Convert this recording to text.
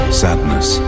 sadness